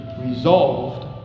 resolved